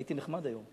הייתי נחמד היום.